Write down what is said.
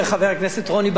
שר האוצר לשעבר.